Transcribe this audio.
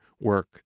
work